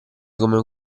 come